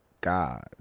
God